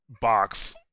box